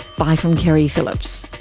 bye from keri phillips.